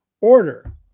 order